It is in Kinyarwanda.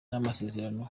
n’amasezerano